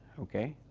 okay,